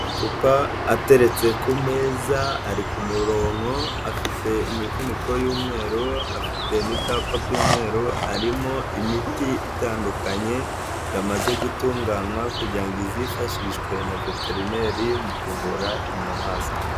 Amacupa ateretse ku meza ari ku murongo afite imifuniko y'umweru afite n'ibyapa by'umweru, arimo imiti itandukanye yamaze gutunganywa kugira ngo izifashishwe na veterineri mu kuvura inyamaswa.